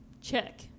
check